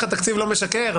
מפתח התקציב לא משקר,